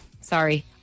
sorry